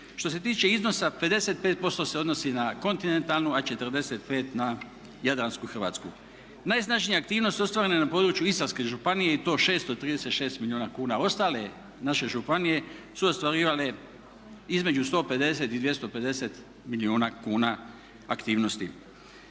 Što se tiče iznosa 55% se odnosi na kontinentalnu, a 45 na jadransku Hrvatsku. Najsnažnija aktivnost ostvarena je na području Istarske županije i to 636 milijuna kuna. Ostale naše županije su ostvarivale između 150 i 250 milijuna kuna aktivnosti.